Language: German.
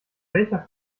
welcher